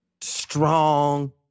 strong